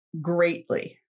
greatly